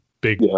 big